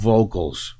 Vocals